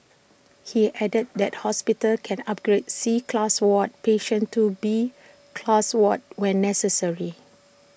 he added that hospitals can upgrade C class ward patients to B class wards when necessary